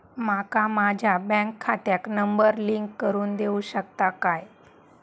माका माझ्या बँक खात्याक नंबर लिंक करून देऊ शकता काय?